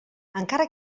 encara